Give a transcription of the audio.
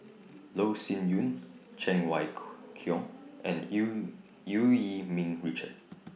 Loh Sin Yun Cheng Wai Keung and EU EU Yee Ming Richard